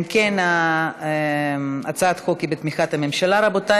אם כן, הצעת החוק היא בתמיכת הממשלה, רבותי.